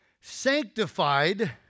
sanctified